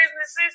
businesses